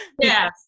Yes